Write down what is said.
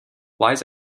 lies